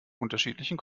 unterschiedlichen